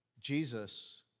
Jesus